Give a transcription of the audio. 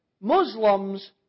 Muslims